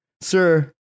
sir